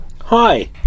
Hi